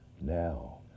now